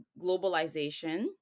globalization